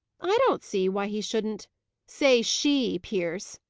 i don't see why he shouldn't say she, pierce,